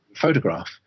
Photograph